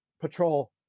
patrol